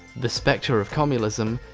the spector of commulism,